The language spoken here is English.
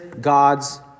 God's